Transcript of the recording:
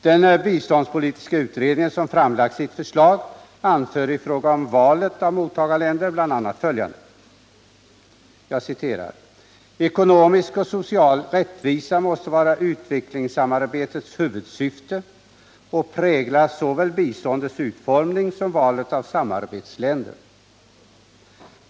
Den biståndspolitiska utredningen, som framlagt sitt förslag, anför i fråga om valet av mottagarländer bl.a. följande: ”Ekonomisk och social rättvisa måste vara utvecklingssamarbetets huvudsyfte och prägla såväl biståndets utformning som valet av samarbetsländer.